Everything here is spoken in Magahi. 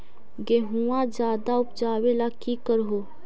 गेहुमा ज्यादा उपजाबे ला की कर हो?